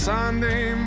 Sunday